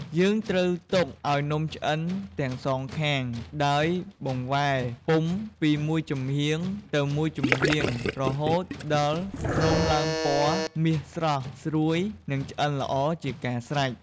យើងត្រូវទុកឱ្យនំឆ្អិនទាំងសងខាង ដោយបង្វែរពុម្ពពីមួយចំហៀងទៅមួយចំហៀងរហូតដល់នំឡើងពណ៌មាសស្រស់ ស្រួយ និងឆ្អិនល្អ ជាការស្រេច។